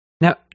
Now